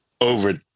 over